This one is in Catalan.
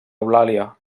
eulàlia